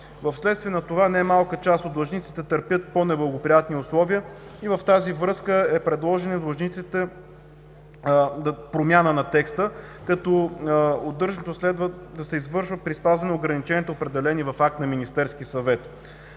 Вследствие на това не малка част от длъжниците търпят по-неблагоприятни условия и в тази връзка е предложена промяна на текста, като удържането следва да се извършва при спазване на ограниченията, определени в акт на Министерския съвет.